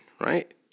right